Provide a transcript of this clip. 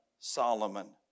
Solomon